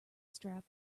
strap